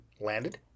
landed